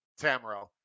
Tamro